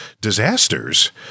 disasters